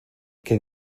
can